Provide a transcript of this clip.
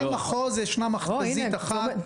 בכל מחוז ישנה מכת"זית אחת.